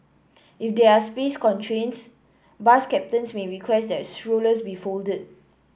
if there are space constraints bus captains may request that strollers be folded